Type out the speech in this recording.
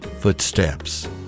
Footsteps